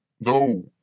No